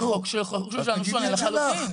והחוק שלנו שונה לחלוטין.